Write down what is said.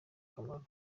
akamaro